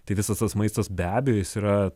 tai visas tas maistas be abejo jis yra